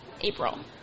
April